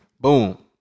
Boom